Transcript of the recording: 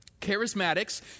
Charismatics